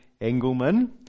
Engelman